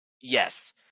Yes